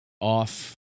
off